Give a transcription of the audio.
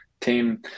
team